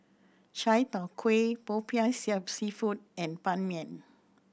chai tow kway popiah seafood and Ban Mian